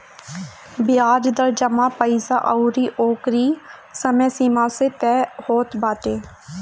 बियाज दर जमा पईसा अउरी ओकरी समय सीमा से तय होत बाटे